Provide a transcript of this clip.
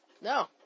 No